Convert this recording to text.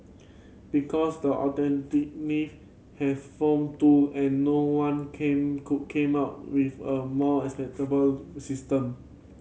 because the alternative may have form too and no one came could came up with a more acceptable system